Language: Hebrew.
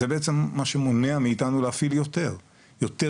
זה בעצם מה שמונע מאיתנו להפעיל יותר מגרשים,